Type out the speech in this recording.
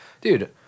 Dude